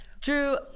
Drew